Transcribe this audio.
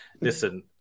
listen